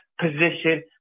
position